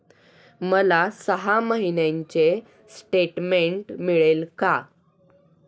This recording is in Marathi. मला सहा महिन्यांचे स्टेटमेंट मिळेल का?